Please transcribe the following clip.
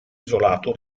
isolato